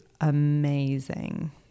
amazing